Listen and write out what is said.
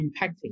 impacting